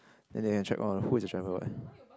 then they can track who is the driver what